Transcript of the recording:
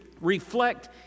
reflect